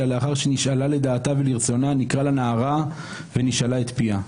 אלא לאחר שנשאלה לדעתה ולרצונה "נקרא לנערה ונשאלה את פיה".